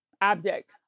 object